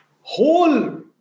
whole